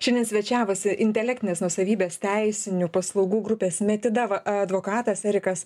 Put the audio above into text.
šiandien svečiavosi intelektinės nuosavybės teisinių paslaugų grupės metida advokatas erikas